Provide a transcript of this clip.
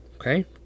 Okay